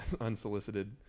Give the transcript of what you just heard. unsolicited